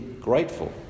grateful